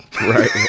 right